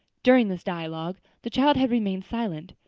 during this dialogue the child had remained silent,